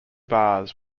bars